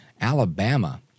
Alabama